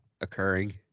occurring